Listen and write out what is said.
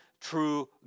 true